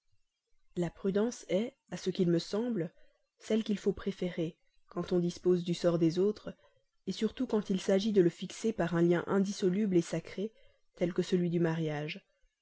la prudence est à ce qu'il me semble celle qu'il faut préférer quand on dispose du sort des autres surtout quand il s'agit de le fixer par un lien indissoluble sacré tel que celui du mariage